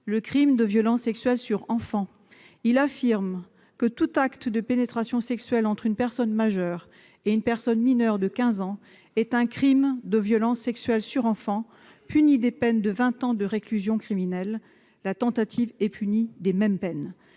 le crime de violence sexuelle sur enfant, en prévoyant que tout acte de pénétration sexuelle par une personne majeure commis sur une personne mineure de 15 ans est un crime de violence sexuelle sur enfant, puni d'une peine de vingt ans de réclusion criminelle, la tentative étant punie de la même peine.